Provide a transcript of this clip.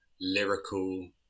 lyrical